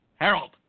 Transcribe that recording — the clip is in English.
Harold